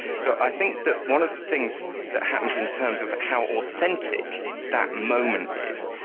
so i think that one of the things that happens in terms of how authentic that moment is,